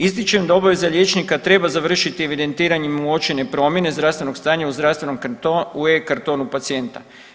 Ističem da obaveza liječnika treba završiti evidentiranjem uočene promjene zdravstvenog stanja u zdravstvenom kartonu u e-kartonu pacijenta.